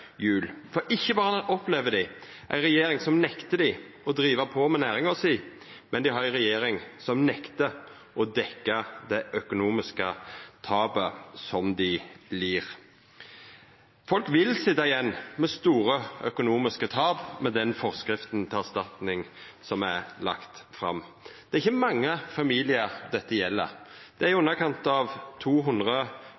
jul, for ikkje berre opplever dei ei regjering som nektar dei å driva på med næringa si, men dei har ei regjering som nektar å dekkja det økonomiske tapet som dei lir. Folk vil sitja igjen med store økonomiske tap med den forskrifta til erstatning som er lagt fram. Det er ikkje mange familiar dette gjeld. Det er i